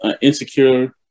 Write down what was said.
insecure